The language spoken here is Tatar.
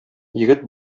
егет